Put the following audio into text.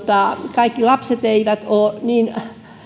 kaikki lapset eivät ole niin